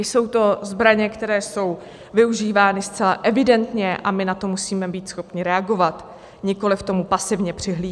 Jsou to zbraně, které jsou využívány zcela evidentně, a my na to musíme být schopni reagovat, nikoliv tomu pasivně přihlížet.